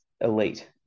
elite